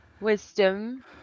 Wisdom